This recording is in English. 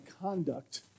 conduct